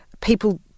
people